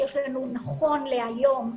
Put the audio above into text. נכון להיום,